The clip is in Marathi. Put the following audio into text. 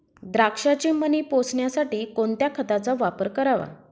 द्राक्षाचे मणी पोसण्यासाठी कोणत्या खताचा वापर करावा?